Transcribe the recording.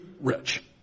rich